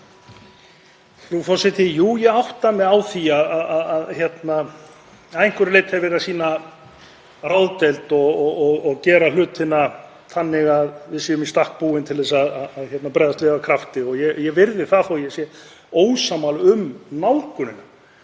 Frú forseti. Ég átta mig á því að að einhverju leyti er verið að sýna ráðdeild og gera hlutina þannig að við séum í stakk búin til að bregðast við af krafti, og ég virði það þó að ég sé ósammála um nálgunina.